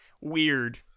weird